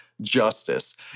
Justice